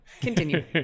continue